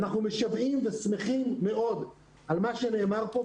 אנחנו שמחים מאוד על מה שנאמר פה,